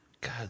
god